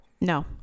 No